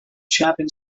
chapin